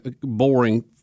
boring